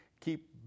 keep